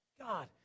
God